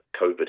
COVID